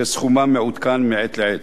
שסכומן מעודכן מעת לעת.